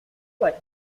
like